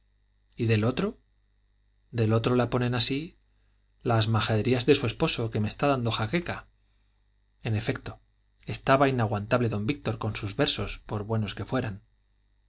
y del otro del otro la ponen así las majaderías de su esposo que me está dando jaqueca en efecto estaba inaguantable don víctor con sus versos por buenos que fueran